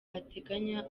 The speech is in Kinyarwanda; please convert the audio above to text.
ateganya